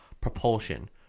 propulsion